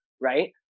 right